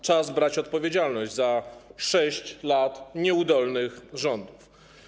Czas brać odpowiedzialność za 6 lat nieudolnych rządów.